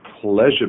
pleasure